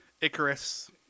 Icarus